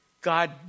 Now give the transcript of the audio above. God